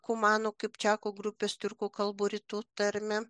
kumanų kipčiakų grupės tiurkų kalbų rytų tarmę